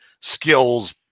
skills